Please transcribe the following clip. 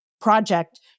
project